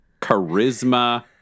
charisma